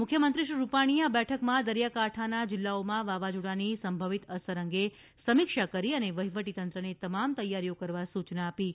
મુખ્યમંત્રીશ્રી રૂપાણીએ આ બેઠકમાં દરિયાકાંઠાના જીલ્લાઓમાં વાવાઝોડાની સંભવિત અસર અંગે સમીક્ષા કરી અને વહીવટીતંત્રને તમામ તૈયારીઓ કરવા સૂચના આપી હતી